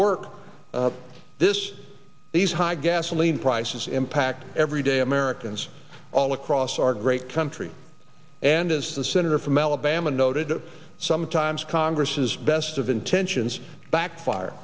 work this these high gasoline prices impact everyday americans all across our great country and as the senator from alabama noted sometimes congress's best of intentions backfire